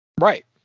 Right